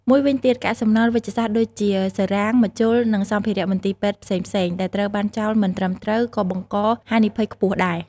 មួយវិញទៀត កាកសំណល់វេជ្ជសាស្ត្រដូចជា សឺរ៉ាំង ម្ជុល និងសម្ភារៈមន្ទីរពេទ្យផ្សេងៗ ដែលត្រូវបានចោលមិនត្រឹមត្រូវក៏បង្កហានិភ័យខ្ពស់ដែរ។